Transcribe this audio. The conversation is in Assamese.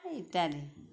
ইত্যাদি